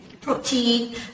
protein